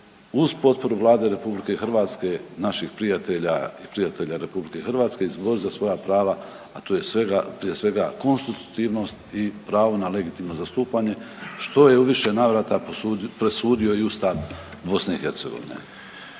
uz potporu Vlade RH, naših prijatelja i prijatelja RH izborit za svoja prava, a tu je svega, prije svega konstitutivnost i pravo na legitimno zastupanje što je u više navrata presudio i Ustav BiH.